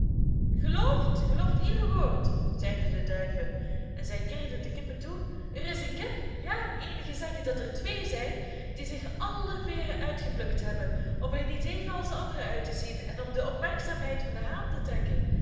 gelooft gelooft ieder woord zeiden de duiven en zij kirden de kippen toe er is een kip ja eenigen zeggen dat er twee zijn die zich alle veeren uitgeplukt hebben om er niet even als de anderen uit te zien en om de opmerkzaamheid van den haan te trekken